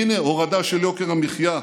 הינה הורדה של יוקר המחיה.